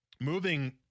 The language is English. moving